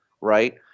right